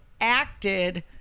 acted